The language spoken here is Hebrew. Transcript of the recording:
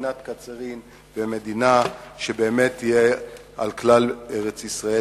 מדינת קצרין ומדינה שבאמת תהיה על כלל ארץ-ישראל,